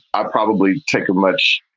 i probably take a much,